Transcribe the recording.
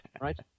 right